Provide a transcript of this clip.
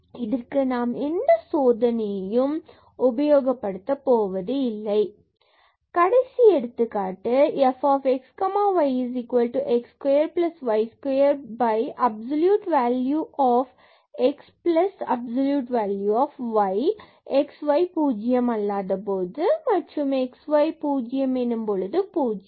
இதற்கு நாம் எந்த சோதனையையும் உபயோகப் படுத்தப் போவதில்லை கடைசி எடுத்துக்காட்டு இதனை fx y is x square y square absolute value of x plus absolute value of y x y 0 அல்லாத போது மற்றும் x y 0 0 எனும் போது பூஜ்ஜியம்